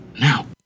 now